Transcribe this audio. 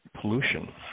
pollution